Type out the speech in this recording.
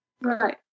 right